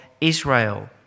Israel